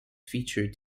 featured